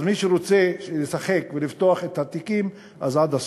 אז מי שרוצה לשחק ולפתוח את התיקים, אז עד הסוף.